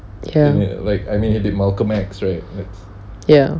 ya ya